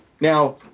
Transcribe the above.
now